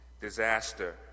disaster